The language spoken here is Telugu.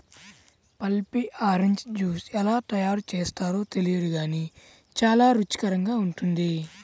పల్పీ ఆరెంజ్ జ్యూస్ ఎలా తయారు చేస్తారో తెలియదు గానీ చాలా రుచికరంగా ఉంటుంది